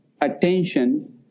attention